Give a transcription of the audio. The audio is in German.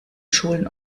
schulen